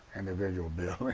individual buildings.